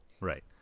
right